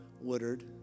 Woodard